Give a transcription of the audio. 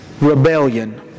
rebellion